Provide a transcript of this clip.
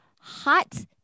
hot